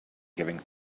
giving